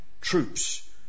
troops